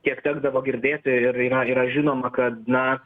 tiek tekdavo girdėti ir yra yra žinoma kad na